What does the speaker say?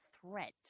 threat